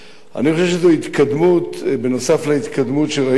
אני חושב שזו התקדמות, נוסף על ההתקדמות שראינו,